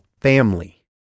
family